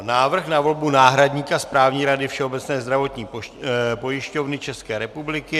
Návrh na volbu náhradníka Správní rady Všeobecné zdravotní pojišťovny České republiky